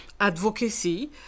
advocacy